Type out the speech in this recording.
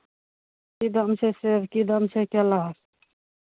की दाम छै सेब की दाम छै केरा